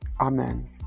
Amen